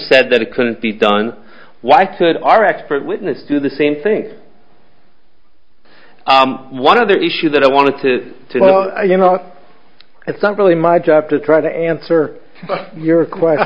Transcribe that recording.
said that it couldn't be done why should our expert witness do the same thing one other issue that i wanted to tell you no it's not really my job to try to answer your question